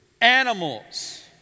Animals